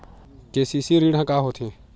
KCC ऋण का होथे?